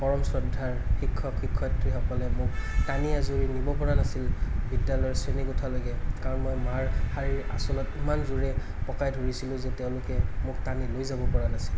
পৰম শ্ৰদ্ধাৰ শিক্ষক শিক্ষয়িত্ৰীসকলে মোক টানি আঁজুৰি নিবপৰা নাছিল বিদ্য়ালয়ৰ শ্ৰেণী কোঠালৈকে কাৰণ মই মাৰ শাৰীৰ আঁচলত ইমান জোৰে পকাই ধৰিছিলোঁ যে তেওঁলোক মোক টানি লৈ যাবপৰা নাছিল